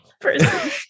person